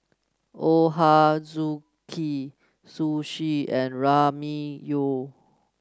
Ochazuke Sushi and Ramyeon